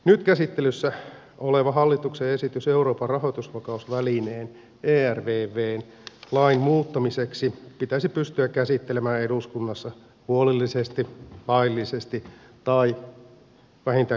nyt käsittelyssä oleva hallituksen esitys euroopan rahoitusvakausvälineen ervvn lain muuttamiseksi pitäisi pystyä käsittelemään eduskunnassa huolellisesti laillisesti tai vähintäänkin järkevästi